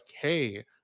hey